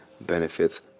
benefits